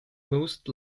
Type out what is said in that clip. most